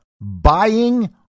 buying